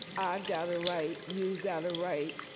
i've got a right. you've got a right.